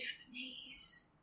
Japanese